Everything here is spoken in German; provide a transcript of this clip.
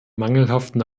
mangelhaften